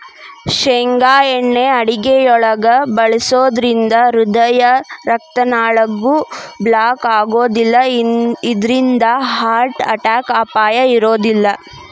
ಶೇಂಗಾ ಎಣ್ಣೆ ಅಡುಗಿಯೊಳಗ ಬಳಸೋದ್ರಿಂದ ಹೃದಯದ ರಕ್ತನಾಳಗಳು ಬ್ಲಾಕ್ ಆಗೋದಿಲ್ಲ ಇದ್ರಿಂದ ಹಾರ್ಟ್ ಅಟ್ಯಾಕ್ ಅಪಾಯ ಇರೋದಿಲ್ಲ